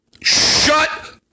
Shut